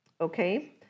Okay